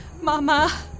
Mama